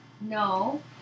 No